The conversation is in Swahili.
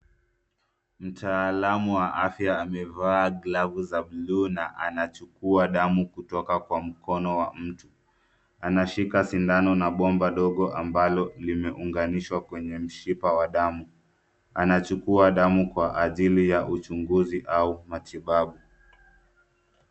Mtaalam wa afya amevaa glavu za bluu na anachukua damu kutoka kwa mkono wa mtu. Anashika sindano na bomba dogo ambalo limeunganishwa kwenye mshipa wa damu. Anachukua damu kwa ajili ya uchunguzi au matibabu.